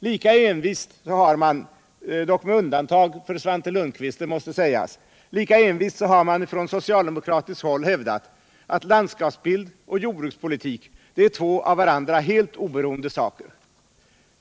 Lika envist har man — dock med undantag för Svante Lundkvist, det måste sägas — från socialdemokratiskt håll hävdat att landskapsbild och jordbrukspolitik är två av varandra helt oberoende saker.